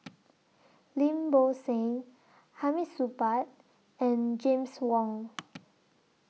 Lim Bo Seng Hamid Supaat and James Wong